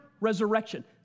resurrection